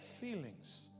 Feelings